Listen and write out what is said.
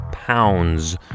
pounds